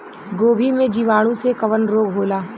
गोभी में जीवाणु से कवन रोग होला?